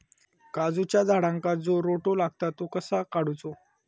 काजूच्या झाडांका जो रोटो लागता तो कसो काडुचो?